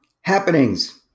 Happenings